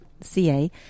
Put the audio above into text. C-A